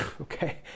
okay